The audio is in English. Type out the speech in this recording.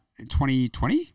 2020